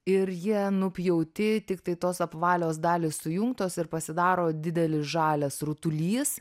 ir jie nupjauti tiktai tos apvalios dalys sujungtos ir pasidaro didelis žalias rutulys